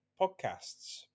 podcasts